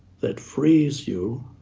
that frees you